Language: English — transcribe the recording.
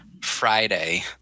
friday